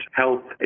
health